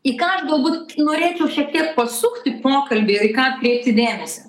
į ką aš galbūt norėčiau šiek tiek pasukti pokalbį ir į ką atkreipti dėmesį